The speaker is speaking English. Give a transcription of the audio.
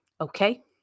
Okay